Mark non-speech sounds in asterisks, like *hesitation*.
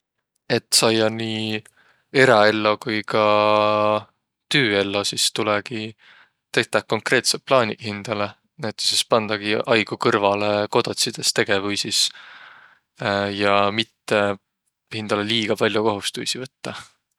Et saiq nii eräello ku ka tüüello sis tulegi tetäq konkreetseq plaaniq hindäle. Näütüses pandagi aigo kõrvalõ kodotsidõs tegevüisis, *hesitation* ja mitte hindäle liiga pall'o kohustuisi võttaq.